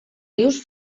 rius